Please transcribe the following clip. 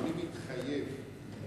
אני מתחייב.